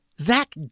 Zach